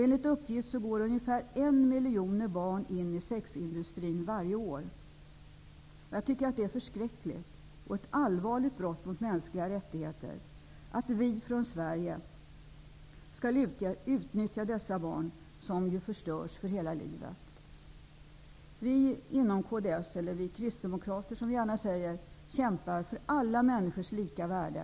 Enligt uppgift går ungefär en miljon barn in i sexindustrin varje år. Jag tycker att det är förskräckligt och ett allvarligt brott mot mänskliga rättigheter att vi från Sverige skall utnyttja dessa barn, som ju förstörs för hela livet. Vi inom kds -- eller vi Kristdemokrater, som vi gärna säger -- kämpar för alla människors lika värde.